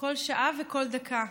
כל שעה וכל דקה,